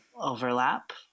overlap